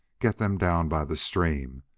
get them down by the stream.